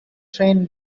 train